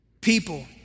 people